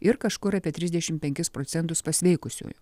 ir kažkur apie trisdešim penkis procentus pasveikusiųjų